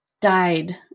died